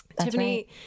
Tiffany